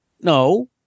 no